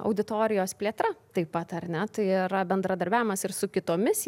auditorijos plėtra taip pat ar ne tai yra bendradarbiavimas ir su kitomis